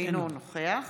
אינו נוכח